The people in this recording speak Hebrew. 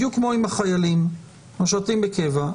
בדיוק כמו עם החיילים המשרתים בקבע,